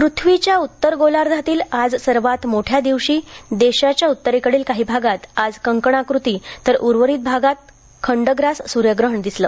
पृथ्वीच्या उत्तर गोलार्धातील आज सर्वात मोठ्या दिवशी देशाच्या उत्तरेकडील काही भागात आज कंकणाकृती तर उर्वरित भागात खंडग्रास सूर्यग्रहण दिसलं